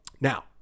Now